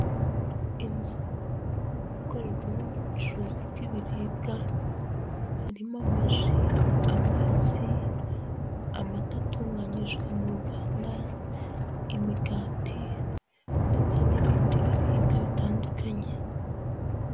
Inzu ikorerwa ubucuruzi bw'ibiribwa, harimo amaji, amazi, amata atunganyijwe mu ruganda, imigati ndetse n'ibindi biribwa bitandukanye.